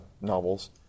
novels